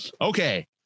okay